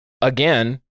again